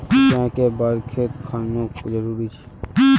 सिंचाई कै बार खेत खानोक जरुरी छै?